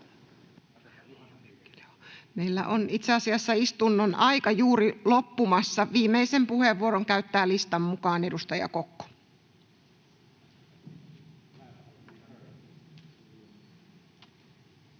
Meillä on itse asiassa istunnon aika juuri loppumassa. — Viimeisen puheenvuoron käyttää listan mukaan edustaja Kokko. Arvoisa